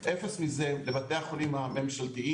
אפס מזה לבתי החולים הממשלתיים,